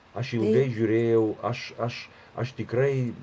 aš ilgai žiūrėjau aš aš aš tikrai